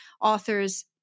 authors